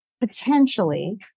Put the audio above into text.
potentially